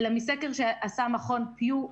אלא מסקר שעשה מכון PEW,